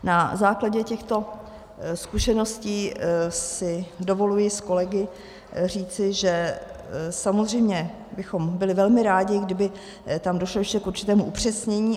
Na základě těchto zkušeností si dovoluji s kolegy říci, že samozřejmě bychom byli velmi rádi, kdyby tam došlo ještě k určitému upřesnění.